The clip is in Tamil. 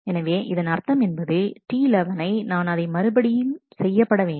எனவே இதன் அர்த்தம் என்பது T11 னை நான் அதை மறுபடியும் செய்யப்பட வேண்டும்